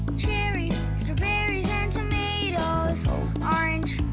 cherries, strawberries, and tomatoes so orange,